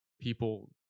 people